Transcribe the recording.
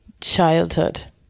childhood